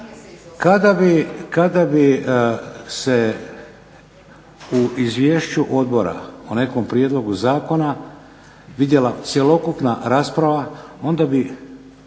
Kada bi se u izvješću odbora o nekom prijedlogu zakona vidjela cjelokupna rasprava onda bi